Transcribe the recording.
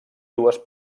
dues